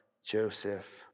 Joseph